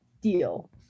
deal